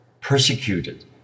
Persecuted